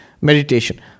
meditation